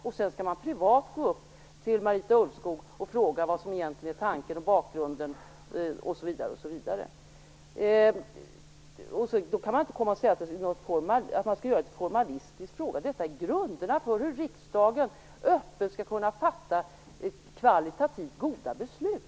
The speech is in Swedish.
Man skall inte behöva gå privat till Marita Ulvskog och fråga vad som egentligen är tanken och bakgrunden. Det går inte heller att säga att jag gör det här till en formalistisk fråga. Detta är grunderna för hur riksdagen öppet skall kunna fatta kvalitativt goda beslut.